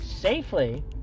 safely